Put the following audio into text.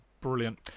brilliant